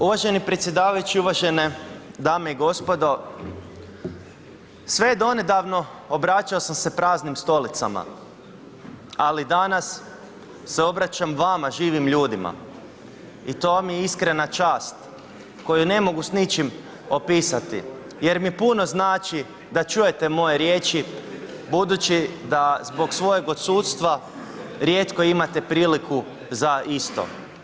Uvaženi predsjedavajući, uvažene dame i gospodo, Sve donedavno obraćao sam se praznim stolicama ali danas se obraćam vama, živim ljudima i to mi je iskrena čast koju ne mogu s ničim opisati jer mi puno znači da čujete moje riječi budući da zbog svojeg odsustva rijetko imate priliku za isto.